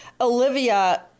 Olivia